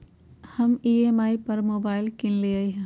हम ई.एम.आई पर मोबाइल किनलियइ ह